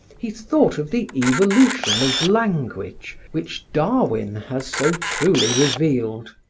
he thought of the evolution of language which darwin has so truly revealed.